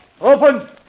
Open